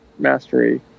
mastery